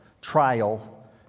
trial